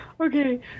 Okay